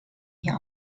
hier